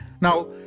Now